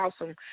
awesome